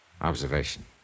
Observation